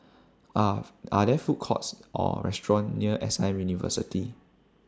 Are Are There Food Courts Or restaurants near S I University